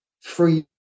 free